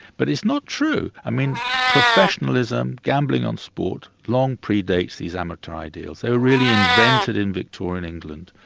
but it's not true. i mean professionalism, gambling on sport, long pre-dates these amateur ideas. they were really invented in victorian england,